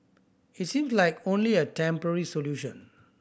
it seems like only a temporary solution